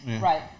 Right